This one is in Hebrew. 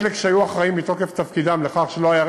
חלק ממי שהיו אחראים מתוקף תפקידם לכך שלא היה